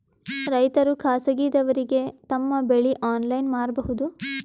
ರೈತರು ಖಾಸಗಿದವರಗೆ ತಮ್ಮ ಬೆಳಿ ಆನ್ಲೈನ್ ಮಾರಬಹುದು?